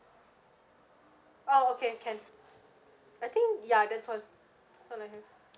oh okay can I think ya that's all that's all lah eh